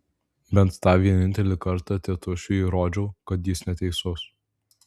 bent tą vienintelį kartą tėtušiui įrodžiau kad jis neteisus